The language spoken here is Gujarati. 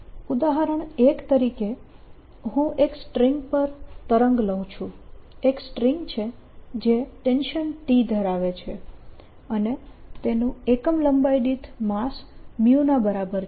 ∂x±1v∂t 2x21v22t2 2fx21v22ft2 ઉદાહરણ 1 તરીકે હું એક સ્ટ્રીંગ પર તરંગ લઉ છું એક સ્ટ્રીંગ છે જે ટેન્શન T ધરાવે છે અને તેનું એકમ લંબાઈ દીઠ માસ ના બરાબર છે